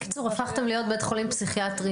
בקיצור, הפכתם להיות בית חולים פסיכיאטרי.